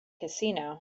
casino